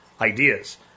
ideas